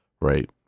right